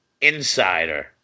Insider